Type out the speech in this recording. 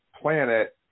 planet